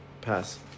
Pass